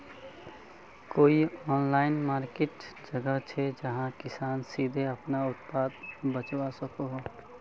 कोई online market जगह छे जहाँ किसान सीधे अपना उत्पाद बचवा सको हो?